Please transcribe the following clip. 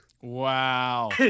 Wow